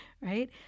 right